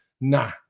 Nah